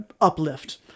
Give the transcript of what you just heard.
uplift